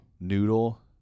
Noodle